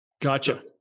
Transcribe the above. gotcha